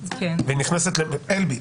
אלביט,